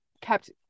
kept